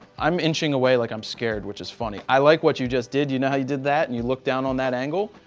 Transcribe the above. i'm inching away like i'm scared, which is funny. i like what you just did. you know how you did that. and you looked down on that angle.